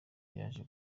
yaje